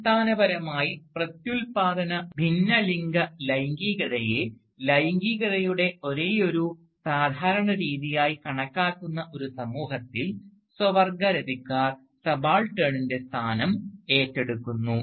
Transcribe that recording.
അടിസ്ഥാനപരമായി പ്രത്യുൽപാദന ഭിന്നലിംഗ ലൈംഗികതയെ ലൈംഗികതയുടെ ഒരേയൊരു സാധാരണ രീതിയായി കണക്കാക്കുന്ന ഒരു സമൂഹത്തിൽ സ്വവർഗരതിക്കാർ സബാൾട്ടേണിൻറെ സ്ഥാനം ഏറ്റെടുക്കുന്നു